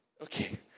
Okay